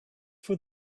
for